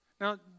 Now